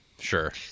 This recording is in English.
Sure